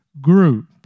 group